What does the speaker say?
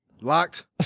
Locked